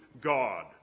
God